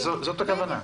הכוונה,